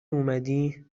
اومدی